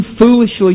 foolishly